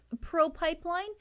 pro-pipeline